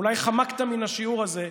אולי חמקת מהשיעור הזה.